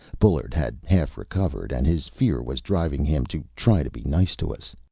bullard had half-recovered and his fear was driving him to try to be nice to us.